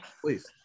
please